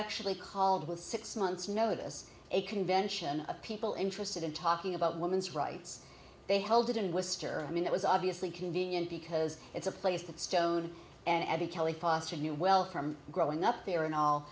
actually called with six months notice a convention of people interested in talking about women's rights they held it in worcester i mean it was obviously convenient because it's a place that stone and kelly foster knew well from growing up there and all